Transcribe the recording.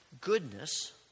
goodness